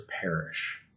perish